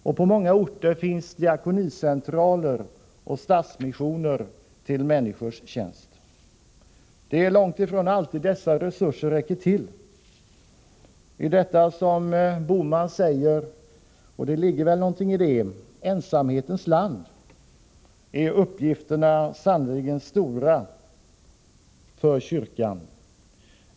Och på många orter finns diakonicentraler och stadsmissioner till människors tjänst. Det är långt ifrån alltid dessa resurser räcker till. I detta ”ensamhetens land” — som Bohman säger, och som det väl ligger någonting i — är uppgifterna sannerligen stora för kyrkan.